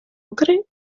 ocre